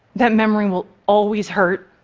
that memory will always hurt.